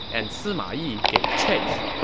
and sima yi gave chase.